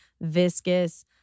viscous